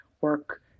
work